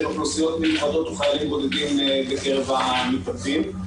אוכלוסיות מיוחדות או חיילים בודדים בקרב המתאבדים.